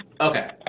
Okay